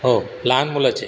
हो लहान मुलाचे